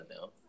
now